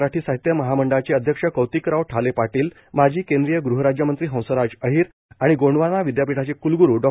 मराठी साहित्य महामं ळाचे अध्यक्ष कौतिकराव ठाले पाटील माजी केंद्रीय गृहराज्यमंत्री हंसराज अहिर आणि गों वाना विदयापिठाचे कुलग्रू ॉ